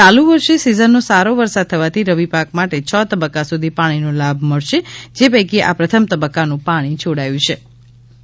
ચાલું વર્ષે સિઝનનો સારો વરસાદ થવાથી રવિ પાક માટે છ તબક્કા સુધી પાણી નો લાભ મળશે જે પૈકી આ પ્રથમ તબક્કાનું પાણી છોડાયું છે ભરત રાજગોર અશોક તા